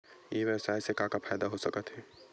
ई व्यवसाय से का का फ़ायदा हो सकत हे?